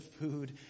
food